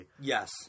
yes